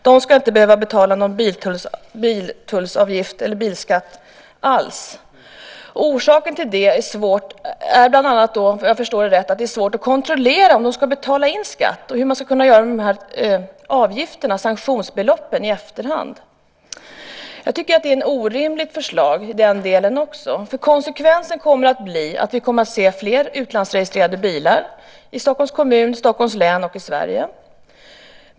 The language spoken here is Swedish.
De ska inte behöva omfattas av någon biltullsavgift eller bilskatt alls. Orsaken till det är bland annat, om jag förstår det rätt, att det är svårt att kontrollera om de ska betala in skatt och hur man ska göra med avgifterna, sanktionsbeloppen, i efterhand. Jag tycker att det är ett orimligt förslag också i den delen, för konsekvensen kommer att bli att vi kommer att se fler utlandsregistrerade bilar i Stockholms kommun, i Stockholms län och i Sverige.